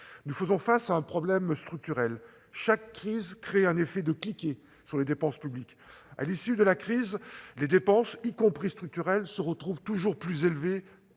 Nous faisons face à un problème structurel : chaque crise crée un effet de cliquet sur les dépenses publiques. À l'issue de la crise, les dépenses, y compris structurelles, se retrouvent toujours plus élevées